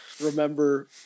remember